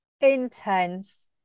intense